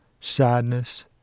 Sadness